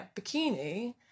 Bikini